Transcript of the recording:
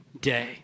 day